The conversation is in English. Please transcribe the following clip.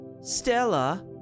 Stella